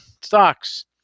stocks